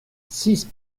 six